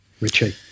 Richie